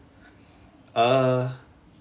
uh